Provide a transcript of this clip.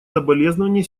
соболезнование